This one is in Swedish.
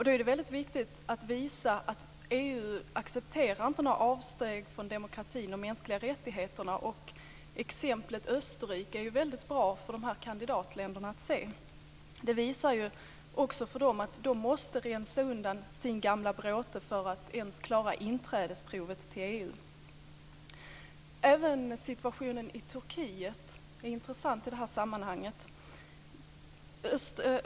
Då är det viktigt att visa att EU inte accepterar några avsteg från demokrati och mänskliga rättigheter. Exemplet Österrike är bra för kandidatländerna att se. Det visar också för dem att de måste rensa undan sin gamla bråte för att ens klara inträdesprovet till EU. Även situationen i Turkiet är intressant i det här sammanhanget.